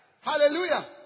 Hallelujah